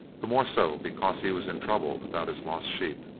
the more so because he was in trouble about his lost sheep.